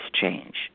change